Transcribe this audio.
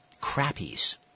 crappies